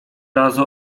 razu